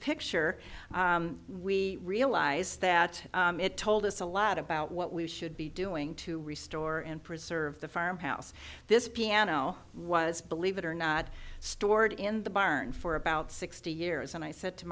picture we realize that it told us a lot about what we should be doing to restore and preserve the farmhouse this piano was believe it or not stored in the barn for about sixty years and i said to